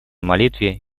молитве